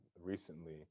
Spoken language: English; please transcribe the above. recently